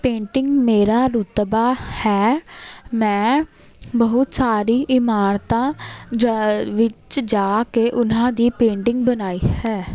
painting ਮੇਰਾ ਰੁਤਬਾ ਹੈ ਮੈਂ ਬਹੁਤ ਸਾਰੀ ਇਮਾਰਤਾਂ ਜਾ ਵਿੱਚ ਜਾ ਕੇ ਉਹਨਾਂ ਦੀ ਪੇਂਟਿੰਗ ਬਣਾਈ ਹੈ